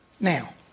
Now